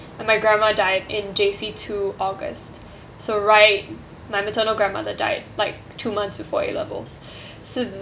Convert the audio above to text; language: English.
and my grandma died in J_C two august so right my maternal grandmother died like two months before A levels